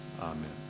Amen